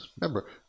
Remember